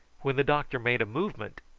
when the doctor made a movement,